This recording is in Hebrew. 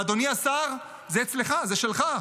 ואדוני השר, זה אצלך, זה שלך.